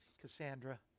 Cassandra